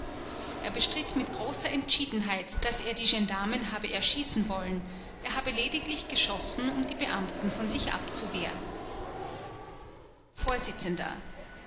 er bestritt mit großer entschiedenheit daß er die gendarmen habe erschießen wollen er habe lediglich geschossen um die beamten von sich abzuwehren